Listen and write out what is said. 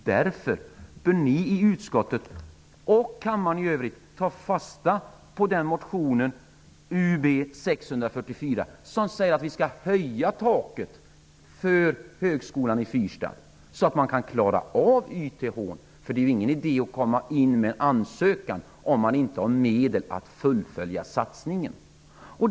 Därför bör ni i utskottet och kammaren i övrigt ta fasta på motionen UB644 som säger att vi skall höja taket för högskolan i fyrstadsområdet så att den kan klara av YTH. Det är ingen idé att komma in med en ansökan om det inte finns medel för att fullfölja satsningen.